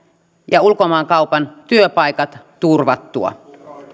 ja ulkomaankaupan työpaikat turvattua